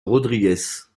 rodrigues